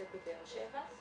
נמצאת בבאר שבע.